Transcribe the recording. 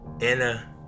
Anna